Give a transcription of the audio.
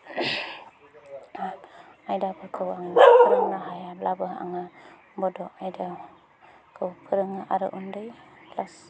आयदाफोरखौ फोरोंनो हायाब्लाबो आङो बड' आयदाखौ फोरोङो आरो उन्दै क्लास